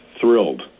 thrilled